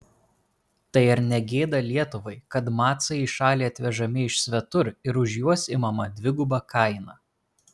tai ar ne gėda lietuvai kad macai į šalį atvežami iš svetur ir už juos imama dviguba kaina